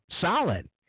solid